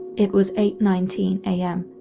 it was eight nineteen am,